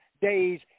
days